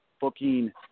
booking